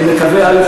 אני מקווה, א.